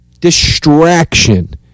Distraction